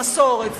המסורת,